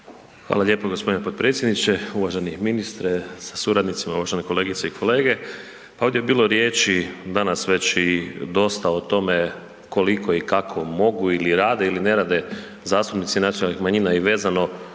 Hvala lijepo g. potpredsjedniče, uvaženi ministre sa suradnicima, uvažene kolegice i kolege. Pa ovdje je bilo riječi danas već i dosta o tome koliko i kako mogu ili rade ili ne rade zastupnici nacionalnih manjina i vezano